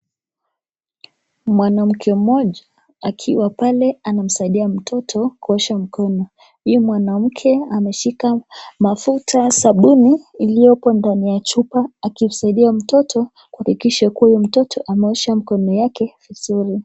Mwanamke moja akiwa pale kumsaidia mtoto kuosha mkono, huyu mwanamke ameshika mafuta sabuni, iliyopo ndini ya chupa, akimsaidia mtoto kuhakikisha huyu mtoto ameosha mikono yake vizuri.